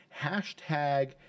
hashtag